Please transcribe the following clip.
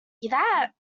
that